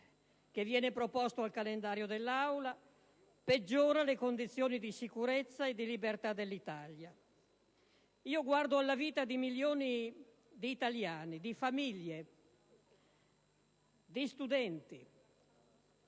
che viene proposto nel calendario dell'Assemblea, peggiora le condizioni di sicurezza e di libertà dell'Italia. Guardo alla vita di milioni di italiani, di famiglie, di studenti.